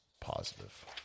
positive